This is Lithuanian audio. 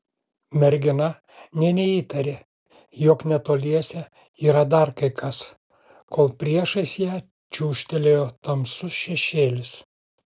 mergina nė neįtarė jog netoliese yra dar kai kas kol priešais ją čiūžtelėjo tamsus šešėlis